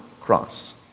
cross